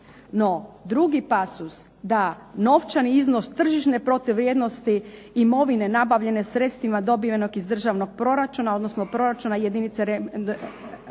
No drugi pasos, da novčani iznos tržišne protuvrijednosti imovine nabavljene sredstvima dobivenog iz državnog proračuna, odnosno proračuna regionalne